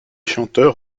chanteurs